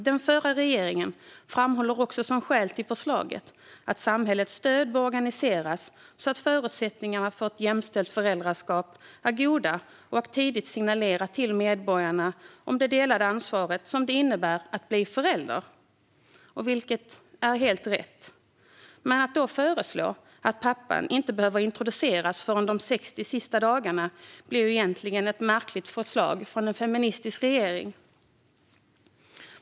Den förra regeringen framhåller som skäl till förslaget att samhällets stöd bör organiseras så att förutsättningarna för ett jämställt föräldraskap är goda och att man tidigt vill signalera till medborgarna det delade ansvar det innebär att bli förälder, vilket är rätt. Att då föreslå att pappan inte behöver introduceras förrän de 60 sista dagarna är ju märkligt av en feministisk regering.